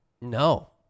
No